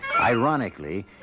ironically